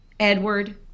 Edward